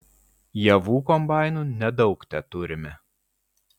javų kombainų nedaug teturime